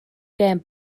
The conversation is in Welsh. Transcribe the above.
gêm